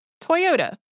Toyota